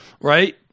Right